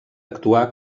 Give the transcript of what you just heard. actuà